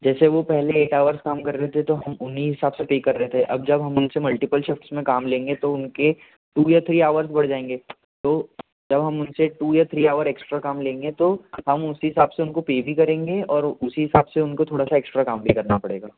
जैसे वो पहले वो एट आवर्स वो काम करते थे तो हम उन्हीं हिसाब से पर कर रहे थे अब जब हम उनसे मल्टीपल शिफ्टस में काम लेंगे तो उनके टू या थ्री आवर्स बढ़ जायेंगे तो तब हम उनसे टू या थ्री आवर्स एक्स्ट्रा काम लेंगे तो हम उसी हिसाब से उनको पर भी करेंगे और उसी हिसाब से उनको थोड़ा सा एक्स्ट्रा काम भी करना पड़ेगा